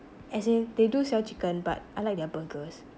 as in they do sell chicken but I like their burgers